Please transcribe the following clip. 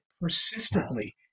persistently